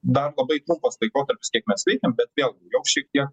dar labai trumpas laikotarpis kiek mes veikiam bet vėl gi jau šiek tiek